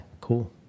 cool